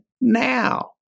now